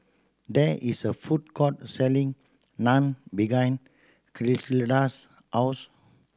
there is a food court selling Naan behind Griselda's house